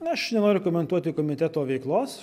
aš nenoriu komentuoti komiteto veiklos